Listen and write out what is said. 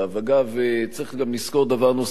אגב, צריך לזכור דבר נוסף.